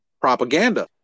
propaganda